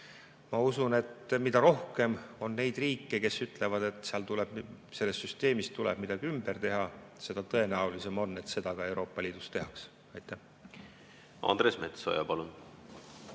Ma usun, et mida rohkem on neid riike, kes ütlevad, et selles süsteemis tuleb midagi ümber teha, seda tõenäolisem on, et seda Euroopa Liidus ka tehakse. Andres Metsoja, palun!